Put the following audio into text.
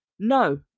No